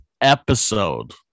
episode